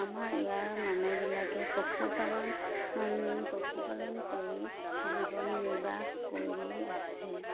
আমাৰ ইয়াৰ মানুহবিলাকে পশুপালন পশুপালন কৰি জীৱন নিৰ্বাহ কৰি আছে